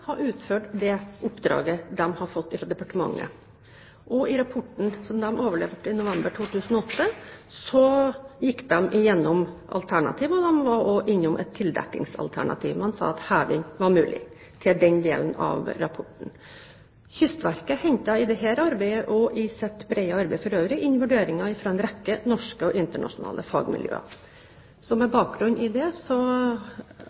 har utført det oppdraget de fikk fra departementet. I rapporten som de overleverte i november 2008, gikk de igjennom alternativene. De var også innom et tildekkingsalternativ. Man sa at heving var mulig i den rapporten. Kystverket hentet i dette arbeidet og i sitt brede arbeid for øvrig inn vurderinger fra en rekke norske og internasjonale fagmiljøer. Med